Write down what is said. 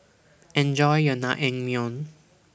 Enjoy your Naengmyeon